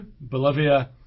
Bolivia